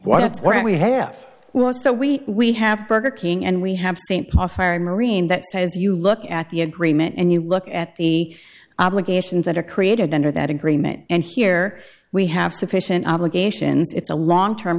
where we have war so we we have burger king and we have st paul ferry marine that says you look at the agreement and you look at the obligations that are created under that agreement and here we have sufficient obligations it's a long term